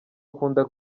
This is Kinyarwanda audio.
akunda